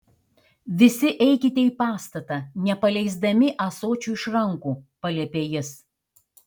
visi eikite į pastatą nepaleisdami ąsočių iš rankų paliepė jis